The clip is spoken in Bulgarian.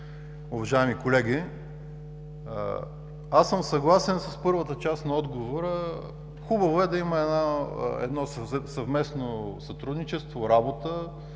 уважаеми колеги! Аз съм съгласен с първата част на отговора. Хубаво е да има едно съвместно сътрудничество, работа